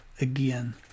again